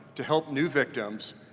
to help new victims,